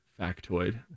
factoid